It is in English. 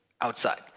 outside